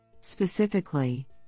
Specifically